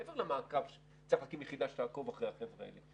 מעבר למעקב וזה שצריך לעקוב יחידה שתעקוב אחרי החבר'ה האלה.